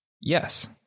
Yes